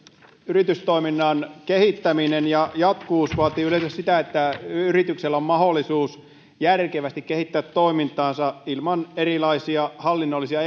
yritystoiminnan kehittäminen ja jatkuvuus vaatii yleensä sitä että yrityksellä on mahdollisuus järkevästi kehittää toimintaansa ilman erilaisia hallinnollisia